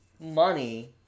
money